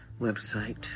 website